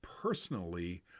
personally